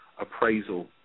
appraisal